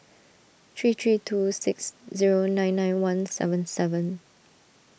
three three two six zero nine nine one seven seven